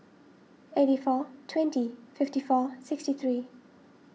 eighty four twenty fifty four sixty three